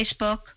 Facebook